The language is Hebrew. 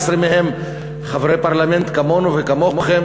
17 מהם חברי פרלמנט כמונו וכמוכם,